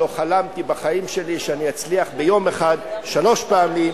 לא חלמתי בחיים שלי שאני אצליח ביום אחד שלוש פעמים,